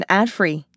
ad-free